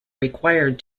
required